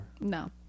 No